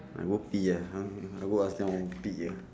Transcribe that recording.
I go pee ah I want I go ask them I want pee ah